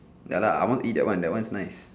ya lah I want eat that one that one is nice